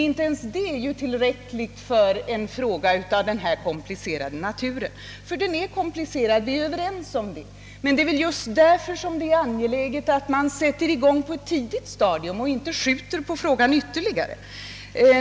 Inte ens det är emellertid tillräckligt i en fråga av denna komplicerade natur — ty den är komplicerad, vi är överens om det. Men det är just därför angeläget att man sätter i gång på ett tidigt stadium och inte skjuter på frågan ytterligare.